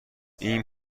این